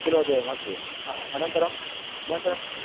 kilo द्वयम् अस्तु अनन्तरं अनन्तरं